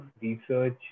research